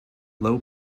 low